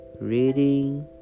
Reading